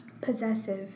Possessive